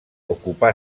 ocupà